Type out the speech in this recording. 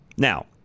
Now